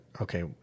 okay